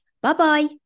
Bye-bye